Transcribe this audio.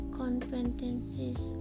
competencies